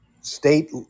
state